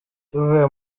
tuvuye